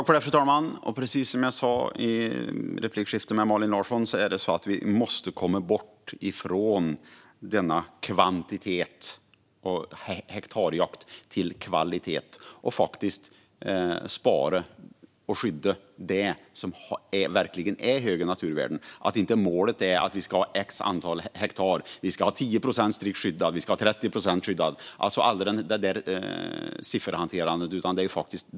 Fru talman! Precis som jag sa i replikskiftet med Malin Larsson måste vi komma bort från en kvantitets och hektarjakt och gå över till kvalitet. Vi ska spara och skydda det som verkligen har högre naturvärden. Målet får inte vara att ha ett visst antal hektar och ett sifferhanterande - 10 eller 30 procents strikt skyddad skog.